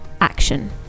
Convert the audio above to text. Action